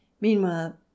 meanwhile